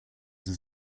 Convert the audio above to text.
sie